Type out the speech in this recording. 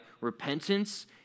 repentance